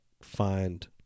find